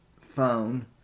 phone